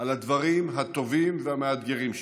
על הדברים הטובים והמאתגרים שבו.